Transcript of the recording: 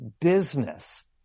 business